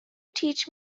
teach